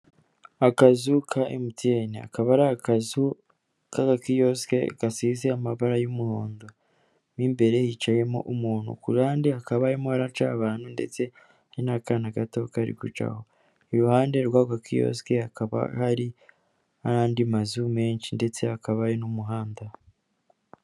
Akazu ka emutiyeni, akaba ari akazu k'agakiyosike gasize amabara y'umuhondo, mo imbere hicayemo umuntu, kuruhande hakaba harimo haraca abantu ndetse n'akana gato karimo karacaho, iruhande rw'agakiyosike hakaba hari n'andi mazu menshi ndetse hakaba hari n'umuhanda.